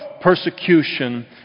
persecution